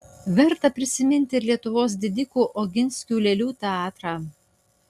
verta prisiminti ir lietuvos didikų oginskių lėlių teatrą